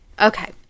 Okay